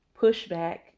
pushback